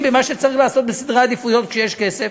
במה שצריך לעשות בסדרי עדיפויות כשיש כסף?